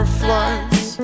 flies